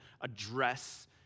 address